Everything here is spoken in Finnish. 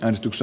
äänestys